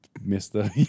mister